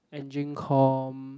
engine com